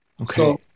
Okay